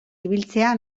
ibiltzea